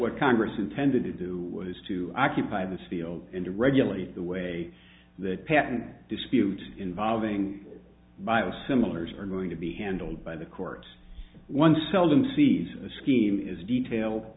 what congress intended to do was to occupy this field and to regulate the way that patent dispute involving biosimilars are going to be handled by the court one seldom sees a scheme is detail